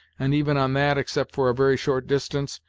and even on that except for a very short distance,